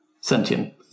sentient